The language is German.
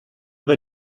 wer